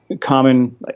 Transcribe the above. common